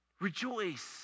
Rejoice